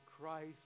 Christ